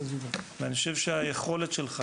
אני חושב שהיכולת שלך